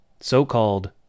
So-called